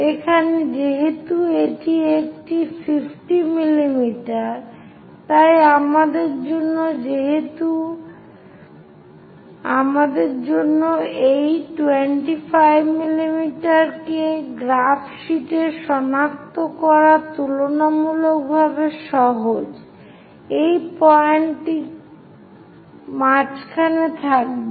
এখানে যেহেতু এটি একটি 50 mm তাই আমাদের জন্য এই 25 mm কে গ্রাফ শীটে সনাক্ত করা তুলনামূলকভাবে সহজ এই পয়েন্টটি মাঝখানে থাকবে